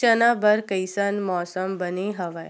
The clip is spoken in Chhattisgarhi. चना बर कइसन मौसम बने हवय?